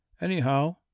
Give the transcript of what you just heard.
Anyhow